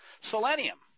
Selenium